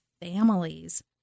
families